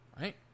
Right